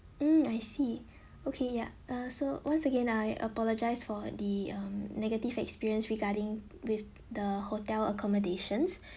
mm I see okay ya uh so once again I apologize for the um negative experience regarding with the hotel accommodations